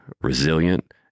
resilient